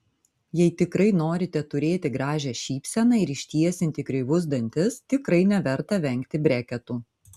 jei tikrai norite turėti gražią šypseną ir ištiesinti kreivus dantis tikrai neverta vengti breketų